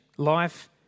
Life